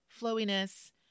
flowiness